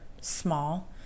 small